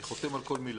אני חותם על כל מילה.